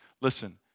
Listen